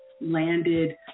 landed